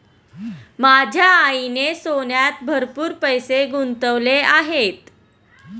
माझ्या आईने सोन्यात भरपूर पैसे गुंतवले आहेत